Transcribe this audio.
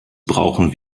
brauchen